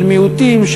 של מיעוטים,